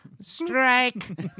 Strike